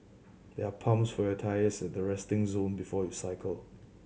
there are pumps for your tyres at the resting zone before you cycle